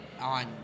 on